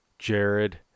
Jared